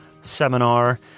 seminar